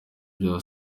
bya